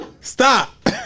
Stop